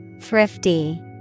Thrifty